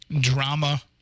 drama